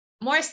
more